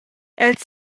els